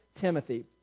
Timothy